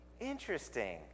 Interesting